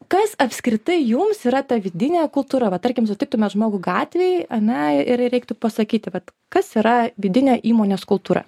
kas apskritai jums yra ta vidinė kultūra va tarkim sutiktumėt žmogų gatvėj ane ir reiktų pasakyti vat kas yra vidinė įmonės kultūra